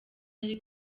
nari